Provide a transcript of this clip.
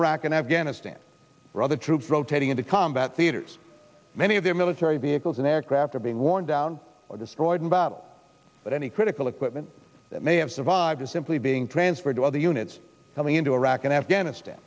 iraq and afghanistan or other troops rotating into combat theaters many of their military vehicles and aircraft are being worn down or destroyed in battle but any critical equipment that may have survived simply being transferred to other units coming into iraq and afghanistan